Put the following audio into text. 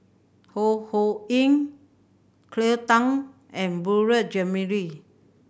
Ho Ho Ying Cleo Thang and Beurel Jean Marie